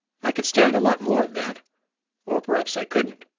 i could stand a lot more of that or perhaps i couldn't!